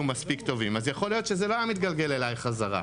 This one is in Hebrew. מספיק טובים אז יכול להיות שזה לא היה מתגלגל אלי בחזרה.